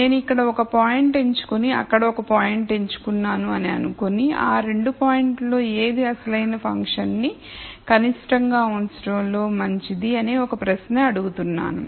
నేను ఇక్కడ ఒక పాయింట్ ఎంచుకుని అక్కడ ఒక పాయింట్ ఎంచుకున్నాను అని అనుకుని ఆ రెండు పాయింట్లలో ఏది అసలైన ఫంక్షన్ నీ కనిష్టంగా ఉంచటంలో మంచిది అనే ఒక ప్రశ్న అడుగుతున్నాను